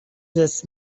this